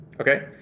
okay